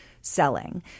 selling